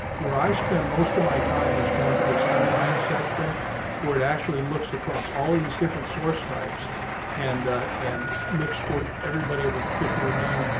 where i spend most of my time is going to this combine section where it actually looks across all of these different source types and and looks for everybody have a particular name,